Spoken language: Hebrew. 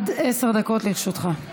בבקשה, עד עשר דקות לרשותך.